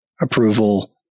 approval